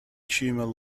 tumor